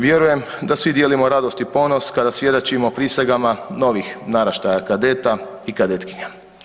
Vjerujem da svi dijelimo radost i ponos kada svjedočimo prisegama novih naraštaja kadeta i kadetkinja.